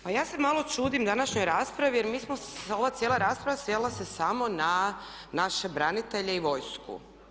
Pa ja se malo čudim današnjoj raspravi jer mi smo, ova cijela rasprava svela se samo na naše branitelje i vojsku.